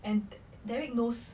and derek knows